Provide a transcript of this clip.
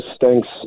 Thanks